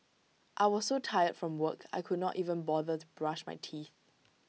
I was so tired from work I could not even bother to brush my teeth